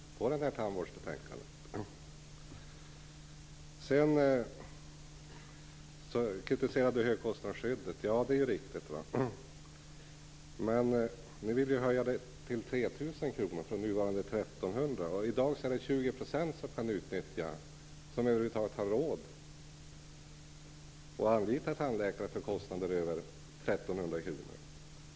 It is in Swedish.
Vidare kritiserade Göran Lindblad högkostnadsskyddet. Men ni vill ju höja gränsen för det från nuvarande 1 300 kr till 3 000 kr. I dag är det 20 % som över huvud taget har råd att anlita tandläkare för kostnader över 1 300 kr.